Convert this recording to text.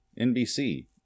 NBC